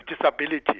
disability